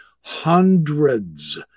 hundreds